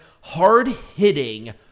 hard-hitting